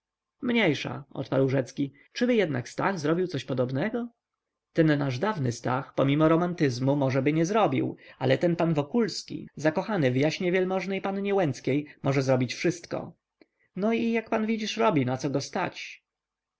mniejsza odparł rzecki czyby jednakże stach zrobił coś podobnego ten nasz dawny stach pomimo romantyzmu możeby nie zrobił ale ten pan wokulski zakochany w jaśnie wielmożnej pannie łęckiej może zrobić wszystko no i jak pan widzisz robi naco go stać